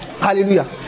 Hallelujah